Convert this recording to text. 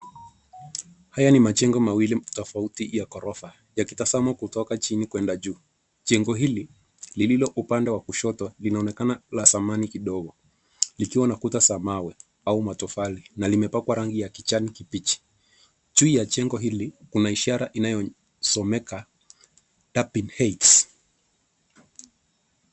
Haya ni majengo mawili tofauti ya ghorofa yakitazamwa kutoka chini kuenda juu. Jengo hili lililo upande wa kushoto linaonekana la zamani kidogo, likiwa na kuta za mawe au matofali, na limepakwa rangi ya kijani kibichi. Juu ya jengo hili kuna ishara inayosomeka Dabin Heights.